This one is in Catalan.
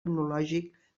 etnològic